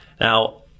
Now